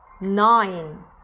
Nine